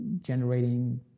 generating